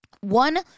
One